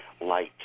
light